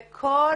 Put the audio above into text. וכל